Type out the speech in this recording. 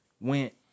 went